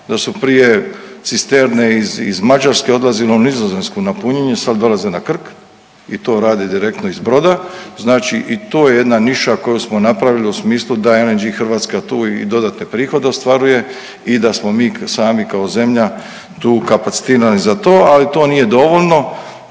da su prije cisterne iz Mađarske odlazile u Nizozemsku na punjenje, sad dolaze na Krk i to rade direktno iz broda. Znači i to je jedna niša koju smo napravili u smislu da LNG Hrvatska tu i dodatne prihode ostvaruje i da smo mi sami kao zemlja tu kapacitirani za to, ali to nije dovoljno.